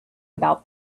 about